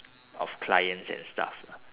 of clients and stuff lah